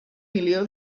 milió